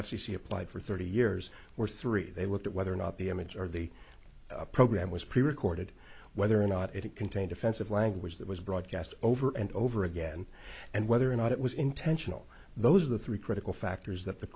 c applied for thirty years or three they looked at whether or not the image or the program was prerecorded whether or not it contained offensive language that was broadcast over and over again and whether or not it was intentional those are the three critical factors that the